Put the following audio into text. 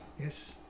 Yes